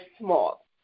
small